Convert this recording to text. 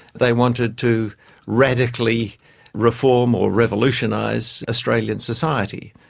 they wanted to radically reform or revolutionise australian society.